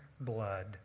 blood